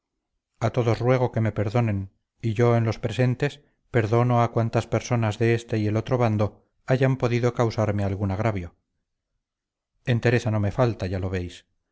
a todos ruego que me perdonen y yo en los presentes perdono a cuantas personas de este y el otro bando hayan podido causarme algún agravio entereza no me falta ya lo veis